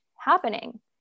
happening